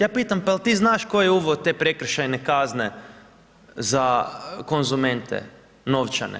Ja pitam pa jel ti znaš tko je uveo te prekršajne kazne za konzumente, novčane.